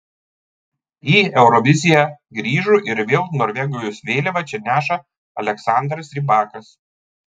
į euroviziją grįžo ir vėl norvegijos vėliavą čia neša aleksandras rybakas